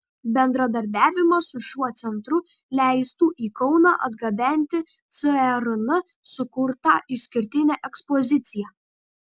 bendradarbiavimas su šiuo centru leistų į kauną atgabenti cern sukurtą išskirtinę ekspoziciją